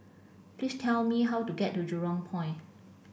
please tell me how to get to Jurong Point